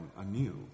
anew